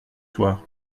soir